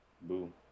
Boom